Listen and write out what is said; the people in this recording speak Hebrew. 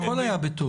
מה המדיניות.